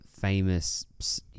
famous